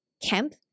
camp